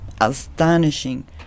astonishing